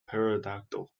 pterodactyl